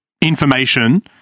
information